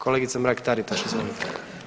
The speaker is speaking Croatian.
Kolegice Mrak-Taritaš, izvolite.